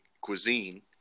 Cuisine